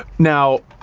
now,